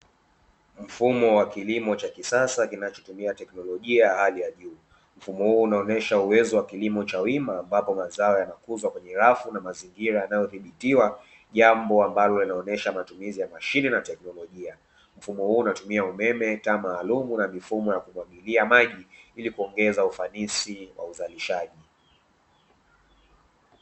Mfumo wa kilimo cha kisasa kinacho tumia teknolojia ya hali ya juu, mfumo huu unaonyesha uwezo wa kilimo cha wima ambapo mazao yanakuzwa kwenye rafu na mazingira yanayo thibitiwa, jamba ambalo linaloonyesha matumizi ya mashine na teknolojia. Mfumo huu unatumia umeme, taa maalumu na mifumo ya kumwagilia maji ili kuongeza ufanisi wa uzalishaji.